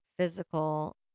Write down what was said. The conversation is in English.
Physical